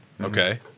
Okay